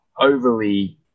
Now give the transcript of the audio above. overly